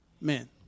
Men